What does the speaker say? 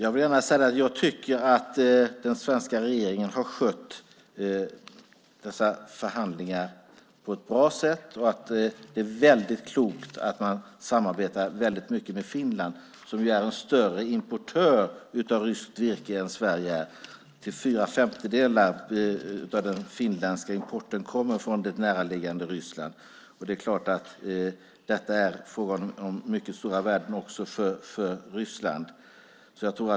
Herr talman! Den svenska regeringen har skött dessa förhandlingar på ett bra sätt. Det är klokt att man samarbetar med Finland, som är större importör av ryskt virke än Sverige är. Fyra femtedelar av den finländska importen kommer från det näraliggande Ryssland. Det är fråga om mycket stora värden också för Ryssland.